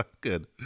good